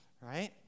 Right